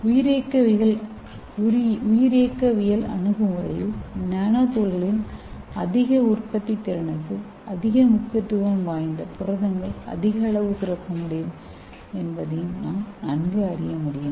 உயிரியக்கவியல் அணுகு முறையில் நானோ துகள்களின் அதிக உற்பத்தித்திறனுக்கு அதிக முக்கியத்துவம் வாய்ந்த புரதங்கள் அதிக அளவு சுரக்க முடியும் என்பதையும் நன்கு அறியமுடியும்